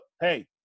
hey